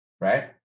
right